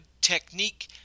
technique